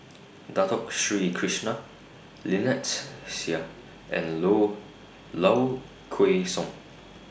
Dato Sri Krishna Lynnette Seah and Low Low Kway Song